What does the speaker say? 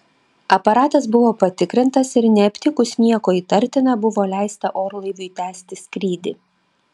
aparatas buvo patikrintas ir neaptikus nieko įtartina buvo leista orlaiviui tęsti skrydį